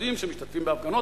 ילדים שמשתתפים בהפגנות,